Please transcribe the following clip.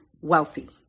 wealthy